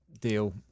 deal